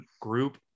group